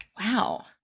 Wow